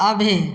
Abhay